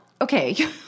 okay